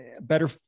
better